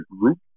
group